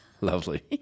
Lovely